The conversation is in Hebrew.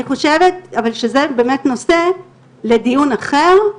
אני חושבת שזה נושא לדיון אחר.